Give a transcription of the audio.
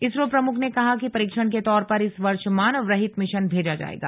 इसरो प्रमुख ने कहा कि परीक्षण के तौर पर इस वर्ष मानव रहित मिशन भेजा जायेगा